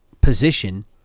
position